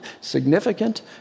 significant